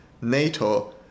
NATO